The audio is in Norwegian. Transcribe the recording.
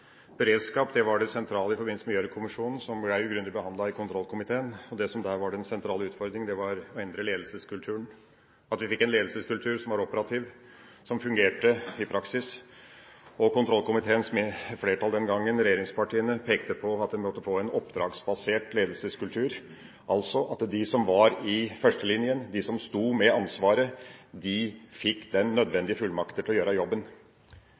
Beredskap var det sentrale i forbindelse med Gjørv-kommisjonen, som ble grundig behandlet i kontrollkomiteen, og det som der var den sentrale utfordringa, var å endre ledelseskulturen – at vi fikk en ledelseskultur som var operativ, og som fungerte i praksis. Kontrollkomiteens flertall den gangen – regjeringspartiene – pekte på at en måtte få en oppdragsbasert ledelseskultur, altså at de som var i førstelinja, de som sto med ansvaret, fikk de nødvendige fullmakter til å gjøre jobben.